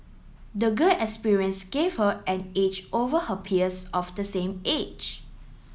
the girl experience gave her an edge over her peers of the same age